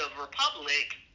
republic